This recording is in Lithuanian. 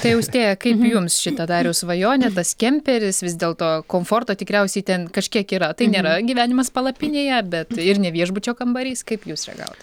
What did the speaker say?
tai austėja kaip jums šita dariaus svajonė tas kemperis vis dėlto komforto tikriausiai ten kažkiek yra tai nėra gyvenimas palapinėje bet ir ne viešbučio kambarys kaip jūs reagavot